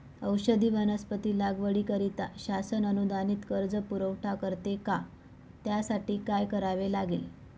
औषधी वनस्पती लागवडीकरिता शासन अनुदानित कर्ज पुरवठा करते का? त्यासाठी काय करावे लागेल?